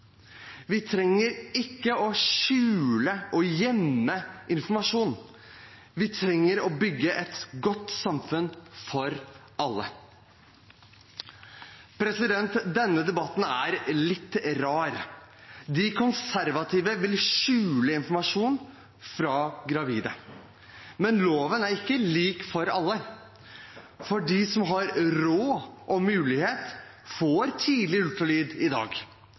Vi trenger ikke å skjule og gjemme informasjon. Vi trenger å bygge et godt samfunn for alle. Denne debatten er litt rar. De konservative vil skjule informasjon for gravide. Men loven er ikke lik for alle, for de som har råd og mulighet, får tidlig ultralyd i dag.